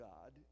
God